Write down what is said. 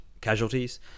casualties